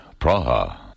Praha